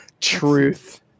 Truth